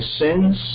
sins